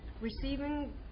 receiving